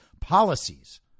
policies